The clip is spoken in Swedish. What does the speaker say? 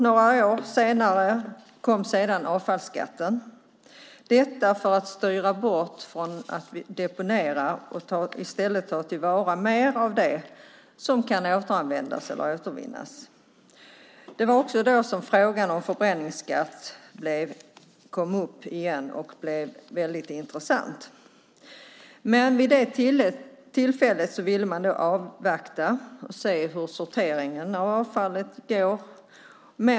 Några år senare kom avfallsskatten, detta för att styra bort från deponering och i stället ta till vara mer av det som kan återanvändas eller återvinnas. Det var också då frågan om förbränningsskatt åter kom upp och blev väldigt intressant. Men vid det tillfället ville man avvakta och se hur sorteringen av avfallet gick.